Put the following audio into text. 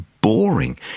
boring